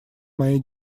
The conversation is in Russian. моей